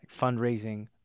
fundraising